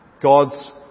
God's